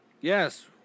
Yes